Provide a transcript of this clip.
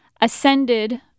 ascended